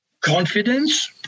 confidence